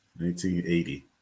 1980